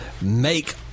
make